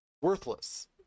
worthless